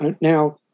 Now